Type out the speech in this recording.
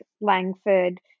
Langford